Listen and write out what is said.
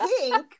pink